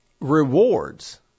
rewards